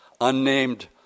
unnamed